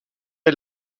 est